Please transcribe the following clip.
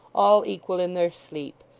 all equal in their sleep,